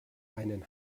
einen